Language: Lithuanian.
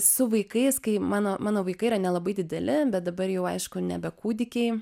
su vaikais kai mano mano vaikai yra nelabai dideli bet dabar jau aišku nebe kūdikiai